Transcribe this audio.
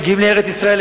מגיעים לארץ-ישראל,